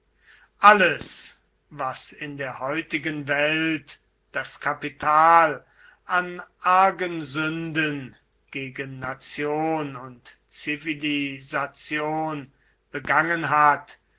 alles was in der heutigen welt das kapital an argen sünden gegen nation und zivilisation begangen hat